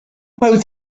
both